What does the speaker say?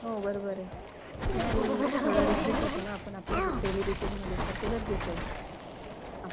हो बरोबर आहे नाही आणि थोडं रिफ्रेश होतो ना आपण आपल्या रू डेली रुटीनमधून तर ते गरजेचं आहे हां